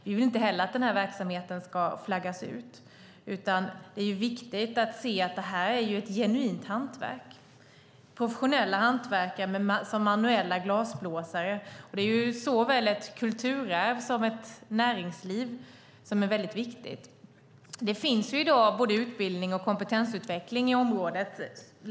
Vi vill inte heller att den här verksamheten flaggas ut, utan det är viktigt att se att det är ett genuint hantverk av professionella hantverkare som manuella glasblåsare. Det är såväl ett kulturarv som ett näringsliv som är väldigt viktiga. Det finns i dag både utbildning och kompetensutveckling i området.